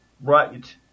right